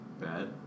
Bad